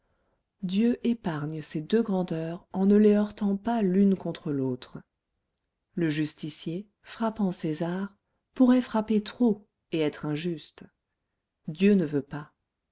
dieu épargne ces deux grandeurs en ne les heurtant pas l'une contre l'autre le justicier frappant césar pourrait frapper trop et être injuste dieu ne veut pas